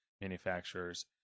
manufacturers